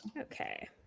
Okay